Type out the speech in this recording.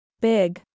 Big